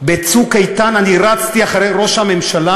ב"צוק איתן" אני רצתי אחרי ראש הממשלה